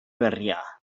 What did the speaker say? berria